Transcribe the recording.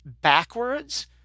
backwards